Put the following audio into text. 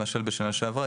למשל בשנה שעברה,